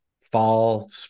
fall